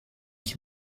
ich